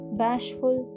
bashful